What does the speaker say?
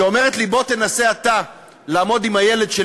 היא אומרת לי: בוא תנסה אתה לעמוד עם הילד שלי